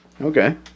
Okay